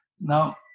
Now